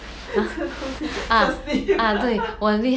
吃东西 su~ sleep